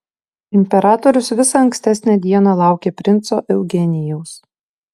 imperatorius visą ankstesnę dieną laukė princo eugenijaus